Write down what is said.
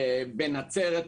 בנצרת,